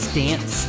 dance